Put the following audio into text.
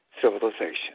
civilization